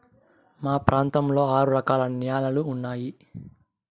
మా ప్రాంతంలో ఆరు రకాల న్యాలలు ఉన్నాయి